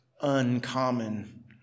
uncommon